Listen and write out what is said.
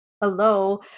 Hello